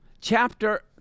chapter